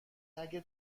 اگه